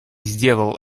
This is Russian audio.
сделал